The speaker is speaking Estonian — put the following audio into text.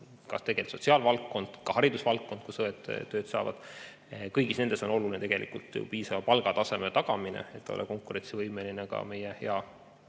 on ta sotsiaalvaldkond või ka haridusvaldkond, kus õed tööd saavad – kõigis nendes on oluline tegelikult piisava palgataseme tagamine, et olla konkurentsivõimeline meie hea